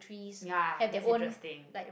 ya that's interesting